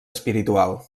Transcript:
espiritual